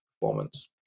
performance